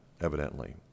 evidently